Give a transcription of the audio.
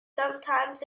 sometimes